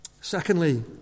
Secondly